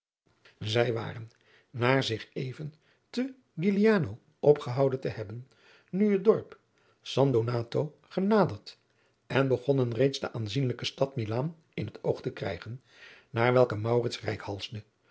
zij waren na zich even te st guiliano opgehouden te hebben nu het dorp st donato genaderd en begonnen reeds de aanzienlijke stad milaan in het oog te krijgen naar welke